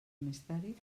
misteri